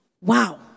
Wow